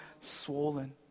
swollen